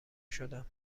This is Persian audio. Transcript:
شدم